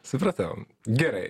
supratau gerai